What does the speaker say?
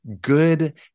good